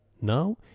Now